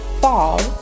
fall